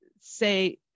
say